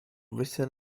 written